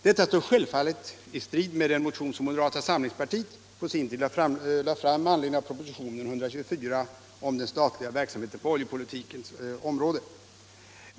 Detta står självfallet i strid med den motion som moderata samlingspartiet på sin tid lade fram med anledning av propositionen 124 om den statliga verksamheten på oljepolitikens område.